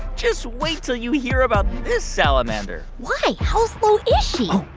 just wait till you hear about this salamander why? how slow is she?